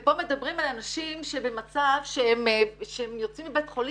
ופה מדברים על אנשים שבמצב שהם יוצאים מבית חולים,